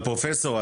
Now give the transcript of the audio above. אבל פרופסור,